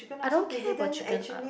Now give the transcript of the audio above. I don't care about chicken up